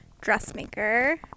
dressmaker